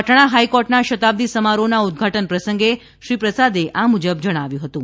પટણા હાઇકોર્ટના શતાબ્દી સમારોહના ઉદઘાટન પ્રસંગે શ્રી પ્રસાદે આ મુજબ જણાવ્યું હતું